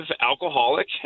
alcoholic